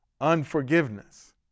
Unforgiveness